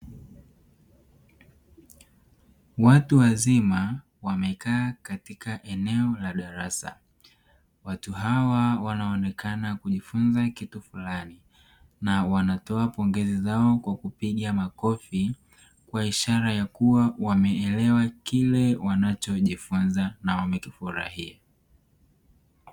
Watu wazima wamekaa katika eneo la darasa, watu hawa wanaonekana kujifunza kitu fulani na wanatoa pongezi zao kwa kupiga makofi kwa ishara ya kuwa wameelewa kile wanachijifunza na wamekifurahia.